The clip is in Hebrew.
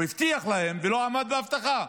כן הוא הבטיח להם, ולא עמד בהבטחה,